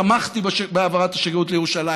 תמכתי בהעברת השגרירות לירושלים,